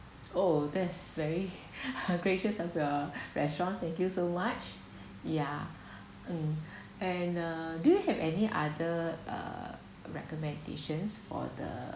oh that is very gracious of the restaurant thank you so much ya um and uh do you have any other uh recommendations for the